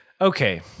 Okay